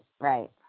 right